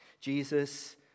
Jesus